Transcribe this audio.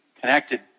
connected